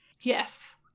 Yes